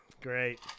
Great